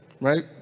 right